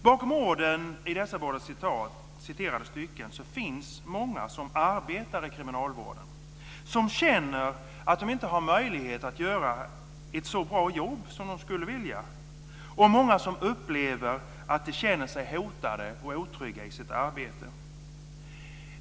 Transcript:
Bakom orden i dessa båda citerade stycken finns många som arbetar i kriminalvården som känner att de inte har möjlighet att göra ett så bra jobb som de skulle vilja och många som upplever att de känner sig hotade och otrygga i sitt arbete.